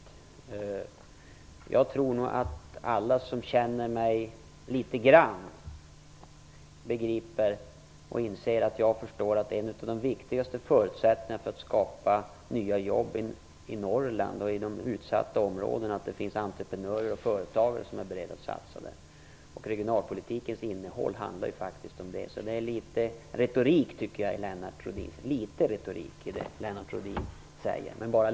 Men jag tror nog att alla som känner mig åtminstone litet grand inser att jag förstår att en av de viktigaste förutsättningarna för att skapa nya jobb i Norrland och i utsatta områden är att det finns entreprenörer och företagare som är beredda att satsa där. Regionalpolitikens innehåll handlar faktiskt om det. Jag tycker därför att det är litet, men bara litet, retorik i det som Lennart Rohdin säger.